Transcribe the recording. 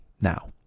now